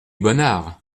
bonnard